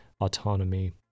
autonomy